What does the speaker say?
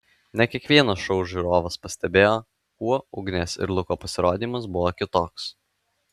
ne kiekvienas šou žiūrovas pastebėjo kuo ugnės ir luko pasirodymas buvo kitoks